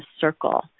circle